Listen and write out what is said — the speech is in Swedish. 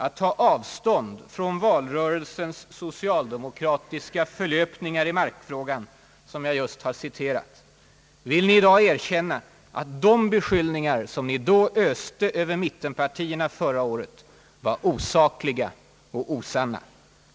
att ta avstånd från valrörelsens socialdemokratiska förlöpningar i markfrågan, som jag just har citerat? Vill ni i dag erkänna att de beskyllningar som ni öste över mittenpartierna förra året var osakliga och osanna?